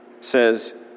says